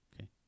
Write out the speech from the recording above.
Okay